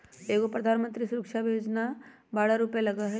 एगो प्रधानमंत्री सुरक्षा बीमा योजना है बारह रु लगहई?